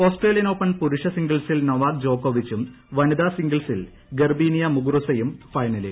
Australian Open പുരുഷ സിംഗിൾസിൽ Novak ജോക്കോവിച്ചും വനിതാ സിംഗിൾസിൽ ഗർബീനിയ മുഗുറുസയും ഫൈനലിൽ